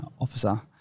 officer